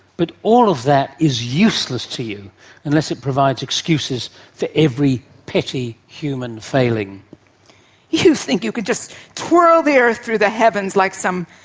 but all of that is useless to you unless it provides excuses for every petty human failing. do you think you can just twirl the earth through the heavens like some,